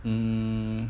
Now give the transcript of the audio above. mm